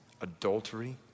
adultery